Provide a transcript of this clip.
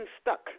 stuck